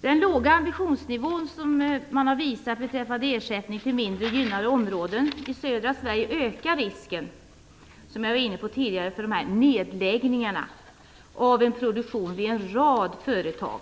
Den låga ambitionsnivå som man har visat beträffande ersättning till mindre gynnade områden i södra Sverige ökar risken, som jag var inne på tidigare, för nedläggningar av produktionen vid en rad företag.